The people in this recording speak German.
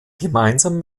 gemeinsam